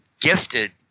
gifted